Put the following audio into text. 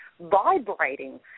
vibrating